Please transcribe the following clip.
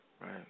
Right